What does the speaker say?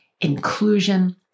inclusion